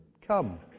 Come